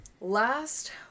Last